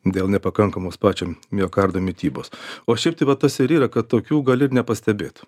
dėl nepakankamos pačiam miokardui mitybos o šiaip tai va tas ir yra kad tokių gali ir nepastebėt